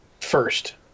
first